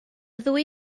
ddwy